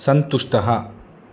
सन्तुष्टः